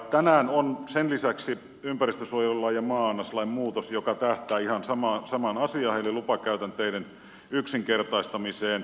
tänään on lisäksi ympäristönsuojelulain ja maa aineslain muutos joka tähtää ihan samaan asiaan eli lupakäytänteiden yksinkertaista miseen